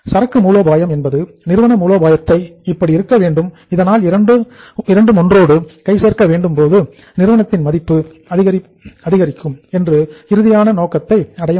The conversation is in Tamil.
சரக்கு மூலோபாயம் என்பது நிறுவன மூலோபாயத்தை இப்படி இருக்க வேண்டும் அதனால் இரண்டும் ஒன்றோடு ஒன்று கை கோர்க்கும் போது நிறுவனத்தின் மதிப்பு அதிகரிப்பு என்ற இறுதியான நோக்கத்தை அடைய முடியும்